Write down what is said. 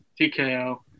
TKO